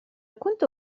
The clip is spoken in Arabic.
كنت